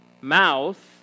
mouth